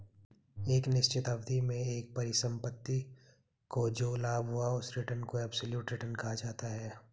एक निश्चित अवधि में एक परिसंपत्ति को जो लाभ हुआ उस रिटर्न को एबसोल्यूट रिटर्न कहा जाता है